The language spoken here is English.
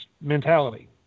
mentality